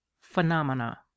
phenomena